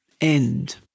end